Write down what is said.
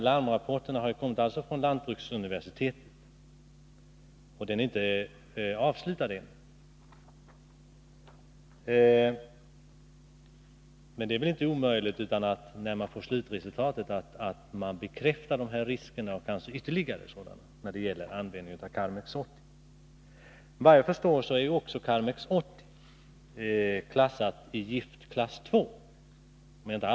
Larmrapporten har kommit från lantbruksuniversitetet, men undersökningen är inte avslutad än. Det är dock inte omöjligt att slutresultatet bekräftar dessa risker och kanske ytterligare sådana när det gäller användningen av Karmex 80. Såvitt jag förstår är Karmex 80 också klassat i giftklass 2.